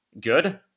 good